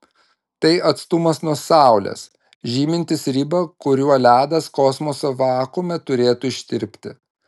tai atstumas nuo saulės žymintis ribą kuriuo ledas kosmoso vakuume turėtų ištirpti